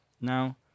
Now